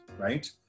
Right